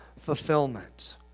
fulfillment